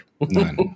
None